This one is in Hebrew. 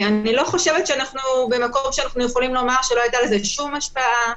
אני לא חושבת שאנחנו במקום שאנחנו יכולים לומר שלא הייתה לזה שום השפעה,